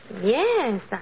Yes